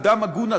אדם הגון,